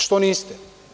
Što niste?